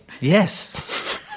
Yes